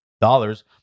dollars